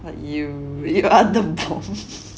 but you you are the bomb